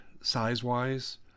size-wise